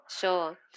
Sure